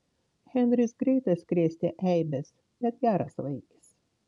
henris greitas krėsti eibes bet geras vaikis